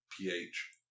PH